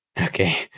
Okay